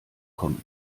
kommen